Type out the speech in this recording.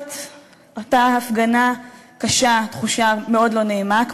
שמעוררת אותה הפגנה קשה תחושה מאוד לא נעימה,